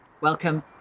Welcome